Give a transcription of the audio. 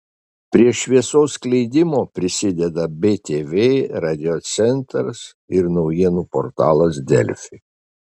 prie šviesos skleidimo prisideda btv radiocentras ir naujienų portalas delfi